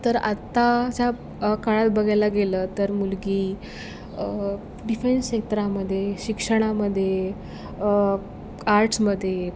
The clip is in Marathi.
तर आत्ताच्या काळात बघायला गेलं तर मुलगी डिफेन्स क्षेत्रामध्ये शिक्षणामध्ये आर्टस्मध्ये